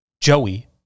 Joey